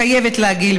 חייבת להגיד,